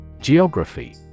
Geography